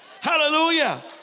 Hallelujah